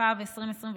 התשפ"ב 2022,